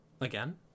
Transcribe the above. again